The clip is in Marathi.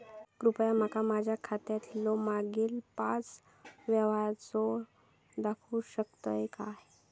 कृपया माका माझ्या खात्यातलो मागील पाच यव्हहार दाखवु शकतय काय?